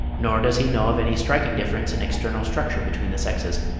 nor does he know of any striking difference in external structure between the sexes,